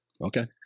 Okay